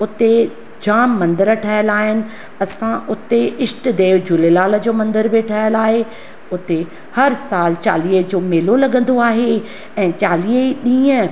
उते जामु मंदर ठहियलु आहिनि असां उते इष्ट देव झूलेलाल जो मंदरु बि ठहियलु आहे उते हर साल चालीहे जो मेलो लॻंदो आहे ऐं चालीह ई ॾींहं